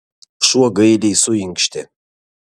šuo gailiai suinkštė